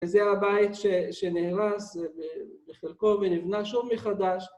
וזה הבית שנהרס בחלקו ונבנה שוב מחדש.